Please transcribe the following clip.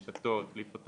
החליף אותו